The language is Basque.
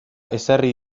ezarri